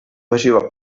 faceva